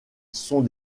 sont